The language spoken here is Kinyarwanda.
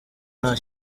nta